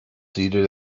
seated